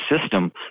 system